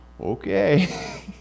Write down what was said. okay